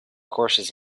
courses